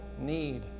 need